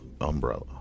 umbrella